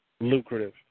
lucrative